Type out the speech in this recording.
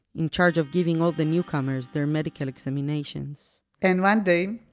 in charge of giving all the newcomers their medical examinations and one day,